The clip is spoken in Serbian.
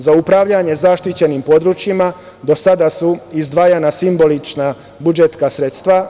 Za upravljanje zaštićenim područjima do sada su izdvajana simbolična budžetska sredstva.